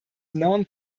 known